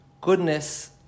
goodness